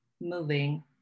moving